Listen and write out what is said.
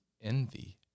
envy